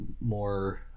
more